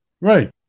Right